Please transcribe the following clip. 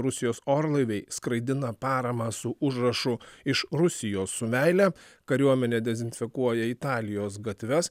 rusijos orlaiviai skraidina paramą su užrašu iš rusijos su meile kariuomenė dezinfekuoja italijos gatves